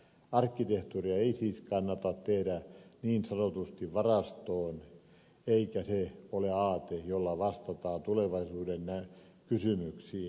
arkkitehtuuria ei siis kannata tehdä niin sanotusti varastoon eikä se ole aate jolla vastataan tulevaisuuden kysymyksiin